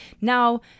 Now